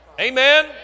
Amen